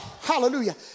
hallelujah